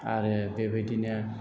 आरो बेबायदिनो